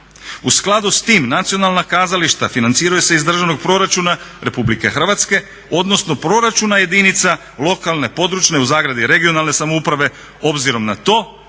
U skladu sa time nacionalna kazališta financiraju se iz državnog proračuna Republike Hrvatske odnosno proračuna jedinica lokalne, područne (regionalne) samouprave obzirom na to